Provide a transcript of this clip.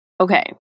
okay